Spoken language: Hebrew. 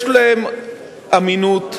יש להן אמינות רבה.